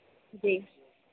जी